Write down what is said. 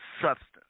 substance